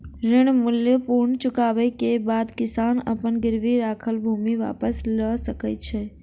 ऋण मूल्य पूर्ण चुकबै के बाद किसान अपन गिरवी राखल भूमि वापस लअ सकै छै